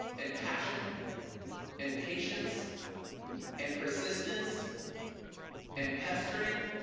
and passion and patience and persistence and pestering